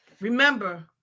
Remember